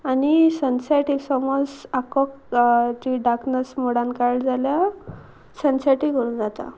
आनी सनसेटी समोज आखो जी डार्कनस मोडान काड जाल्यार सनसेटय करूं जाता